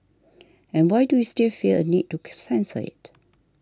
and why do we still feel a need to censor it